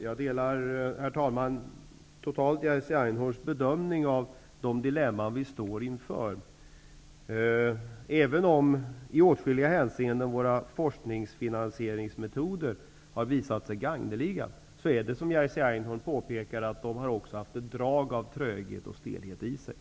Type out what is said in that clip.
Herr talman! Jag delar helt Jerzy Einhorns bedömning av de dilemman vi står inför. Även om våra forskningsfinansieringsmetoder har visat sig gagneliga i åtskilliga hänseenden, är det som Jerzy Einhorn påpekar. De har också haft ett drag av tröghet och stelhet i sig.